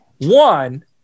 One